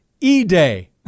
E-Day